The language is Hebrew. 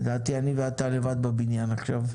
לדעתי אני ואתה לבד בבניין עכשיו.